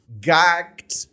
gagged